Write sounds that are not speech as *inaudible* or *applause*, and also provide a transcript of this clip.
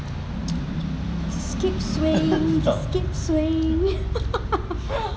just keep swaying just keep swaying *laughs*